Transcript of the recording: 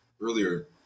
earlier